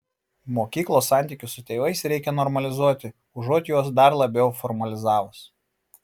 mokyklos santykius su tėvais reikia normalizuoti užuot juos dar labiau formalizavus